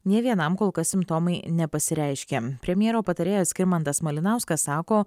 nė vienam kol kas simptomai nepasireiškia premjero patarėjas skirmantas malinauskas sako